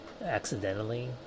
accidentally